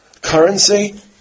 currency